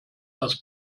das